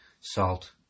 salt